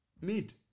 mid